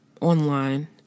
online